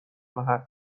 محل